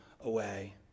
away